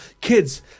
kids